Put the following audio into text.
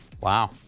Wow